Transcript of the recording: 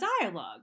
dialogue